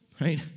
right